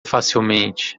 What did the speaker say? facilmente